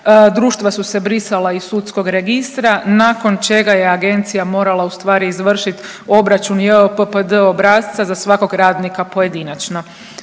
društva su se brisala iz sudskog registra nakon čega je agencija morala ustvari izvršit obračun JOPPD obrasca za svakog radnika pojedinačno.